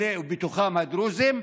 ובתוכם הדרוזים,